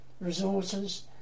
resources